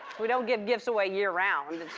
we don't give gifts away year-round. it's